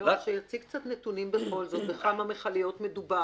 אולי שבכל זאת יציג קצת נתונים בכמה מכליות מדובר,